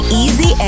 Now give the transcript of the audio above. easy